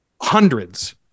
hundreds